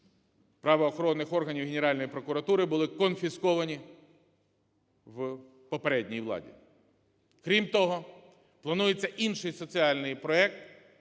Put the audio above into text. правоохоронних органів, Генеральної прокуратури були конфісковані в попередньої влади. Крім того, планується інший соціальний проект